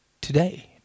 today